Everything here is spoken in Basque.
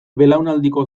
belaunaldiko